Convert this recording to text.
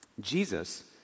Jesus